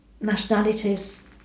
nationalities